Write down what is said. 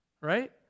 Right